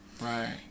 Right